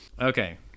okay